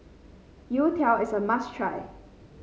youtiao is a must try